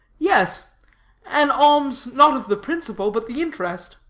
yes an alms, not of the principle, but the interest.